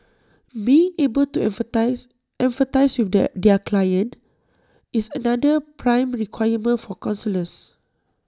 being able to empathise empathise with their their clients is another prime requirement for counsellors